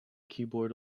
keyboard